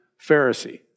Pharisee